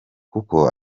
kuko